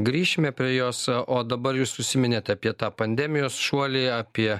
grįšime prie jos o dabar jūs užsiminėt apie tą pandemijos šuolį apie